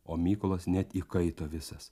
o mykolas net įkaito visas